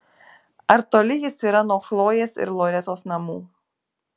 ar toli jis yra nuo chlojės ir loretos namų